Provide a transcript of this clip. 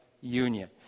union